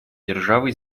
державы